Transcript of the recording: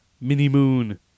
Mini-moon